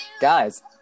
Guys